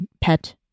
pet